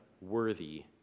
worthy